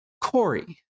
Corey